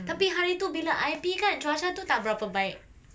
tapi hari tu bila I pi kan cuaca tu tak berapa baik